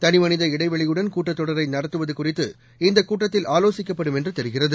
தளிமனித இடைவெளியுடன் கூட்டத் தொடரை நடத்துவது குறித்து இந்தக் கூட்டத்தில் ஆலோசிக்கப்படும் என்று தெரிகிறது